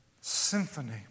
symphony